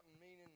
meaning